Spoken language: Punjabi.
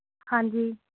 ਹਾਂਜੀ